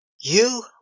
You